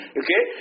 okay